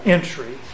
Entry